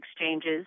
exchanges